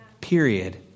period